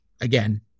again